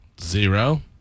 Zero